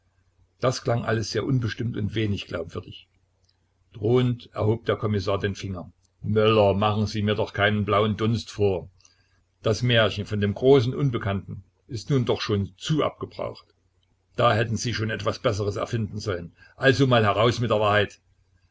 das klang alles sehr unbestimmt und wenig glaubwürdig drohend erhob der kommissar den finger möller machen sie mir doch keinen blauen dunst vor das märchen von dem großen unbekannten ist nun doch schon zu abgebraucht da hätten sie schon etwas besseres erfinden sollen also mal heraus mit der wahrheit